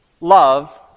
love